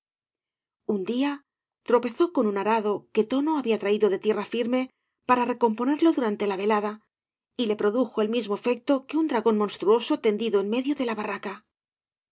un día tropezó con un arado que tono había traído de tierra firme para recomponerlo durante la velada y le produjo el mismo efecto que un dragón monstruoso tendido en medio de la barraca